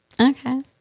okay